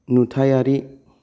नुथायारि